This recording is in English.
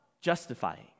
Justifying